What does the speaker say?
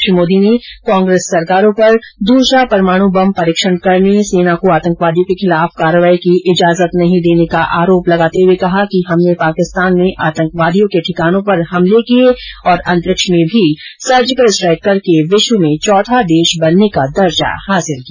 श्री मोदी ने कांग्रेस सरकारों पर दूसरा परमाणु बम परीक्षण करने सेना को आतंकवादियों के खिलाफ कार्रवाई की इजाजत नहीं देने का आरोप लगाते हुए कहा कि हमने पाकिस्तान में आतंकवादियों के ठिकानों पर हमले किये तथा अंतरिक्ष में भी सर्जिकल स्ट्राइक करके विश्व में चौथा देश बनने का दर्जा हासिल किया